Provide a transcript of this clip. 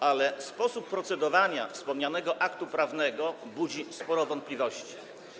Ale sposób procedowania wspomnianego aktu prawnego budzi sporo wątpliwości.